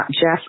Jeff